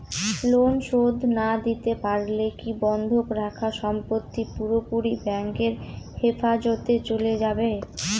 Loan শোধ না দিতে পারলে কি বন্ধক রাখা সম্পত্তি পুরোপুরি ব্যাংকের হেফাজতে চলে যাবে?